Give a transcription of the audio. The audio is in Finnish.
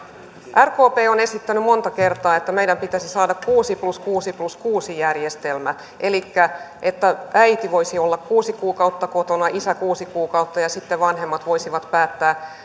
rkp on esittänyt monta kertaa että meidän pitäisi saada kuusi plus kuusi plus kuusi järjestelmä elikkä että äiti voisi olla kuusi kuukautta kotona isä kuusi kuukautta ja sitten vanhemmat voisivat päättää